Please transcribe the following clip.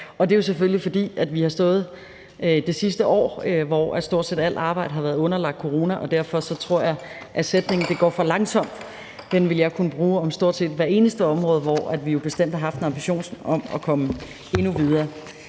det er jo selvfølgelig, fordi vi har stået et sted det sidste år, hvor stort set alt arbejde har været underlagt corona. Derfor tror jeg, at jeg vil kunne bruge sætningen det går for langsomt om stort set hvert eneste område, hvor vi bestemt har haft en ambition om at komme endnu videre.